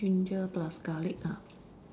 ginger plus garlic ah